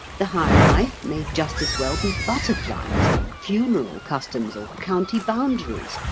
the higher life may just as well be butterflies, or funeral customs, or county boundaries,